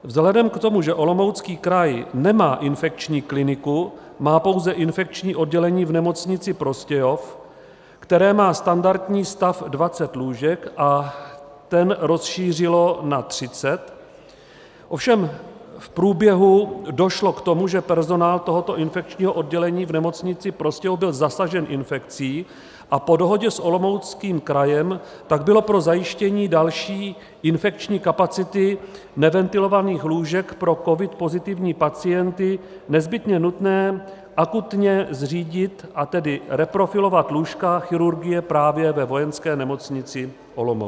Vzhledem k tomu, že Olomoucký kraj nemá infekční kliniku, má pouze infekční oddělení v Nemocnici Prostějov, které má standardní stav dvacet lůžek, a ten rozšířilo na třicet, ovšem v průběhu došlo k tomu, že personál tohoto infekčního oddělení v Nemocnici Prostějov byl zasažen infekcí, a po dohodě s Olomouckým krajem tak bylo pro zajištění další infekční kapacity neventilovaných lůžek pro covid pozitivní pacienty nezbytně nutné akutně zřídit, a tedy reprofilovat lůžka chirurgie právě ve Vojenské nemocnici Olomouc.